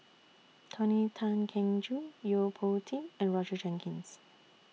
Tony Tan Keng Joo Yo Po Tee and Roger Jenkins